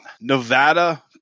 Nevada